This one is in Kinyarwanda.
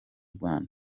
rwanda